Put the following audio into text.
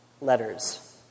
letters